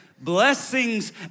blessings